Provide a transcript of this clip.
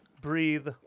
Breathe